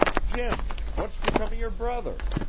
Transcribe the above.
jim, what's become of your brother?